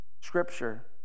Scripture